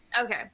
Okay